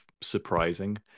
surprising